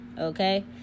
okay